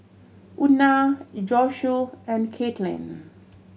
Una Josue and Kaitlin